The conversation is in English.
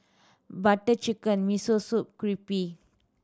Butter Chicken Miso Soup Crepe